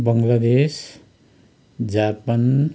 Bangladesh Japan